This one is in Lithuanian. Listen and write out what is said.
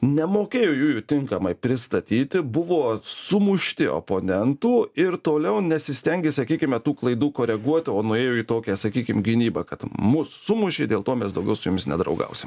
nemokėjo jų jų tinkamai pristatyti buvo sumušti oponentų ir toliau nesistengė sakykime tų klaidų koreguot o nuėjo į tokią sakykim gynybą kad mus sumušė dėl to mes daugiau su jumis nedraugausime